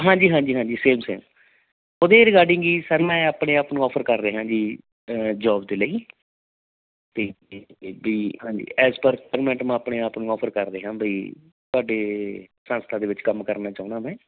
ਹਾਂਜੀ ਹਾਂਜੀ same same ਉਹਦੇ ਰਿਗਾਰਡਿੰਗ ਸਰ ਮੈਂ ਆਪਣੇ ਆਪ ਨੂੰ ਆਫਰ ਕਰ ਰਿਹਾ ਜੀ ਜੋਬ ਦੇ ਲਈ ਅਤੇ ਬਈ ਹਾਂਜੀ ਐਜ਼ ਪਰ ਰਿਕਵਾਇਰਮੈਂਟ ਮੈਂ ਆਪਣੇ ਆਪ ਨੂੰ ਆਫਰ ਕਰ ਰਿਹਾ ਬਈ ਤੁਹਾਡੇ ਸੰਸਥਾ ਦੇ ਵਿੱਚ ਕੰਮ ਕਰਨਾ ਚਾਹੁੰਦਾ ਮੈਂ